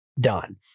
Done